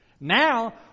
Now